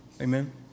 Amen